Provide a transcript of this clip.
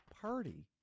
party